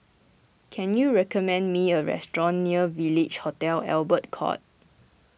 can you recommend me a restaurant near Village Hotel Albert Court